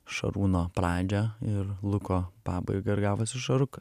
šarūno pradžią ir luko pabaigą ir gavosi šarukas